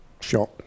shot